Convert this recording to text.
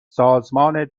سازمان